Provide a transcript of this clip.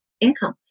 income